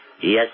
Yes